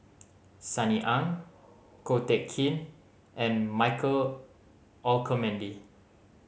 Sunny Ang Ko Teck Kin and Michael Olcomendy